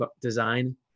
Design